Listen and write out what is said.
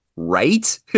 right